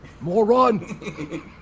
moron